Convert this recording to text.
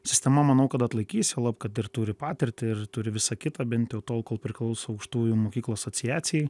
sistema manau kad atlaikys juolab kad ir turi patirtį ir turi visą kitą bent jau tol kol priklauso aukštųjų mokyklų asociacijai